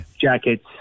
jackets